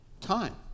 time